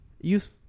use